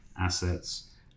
assets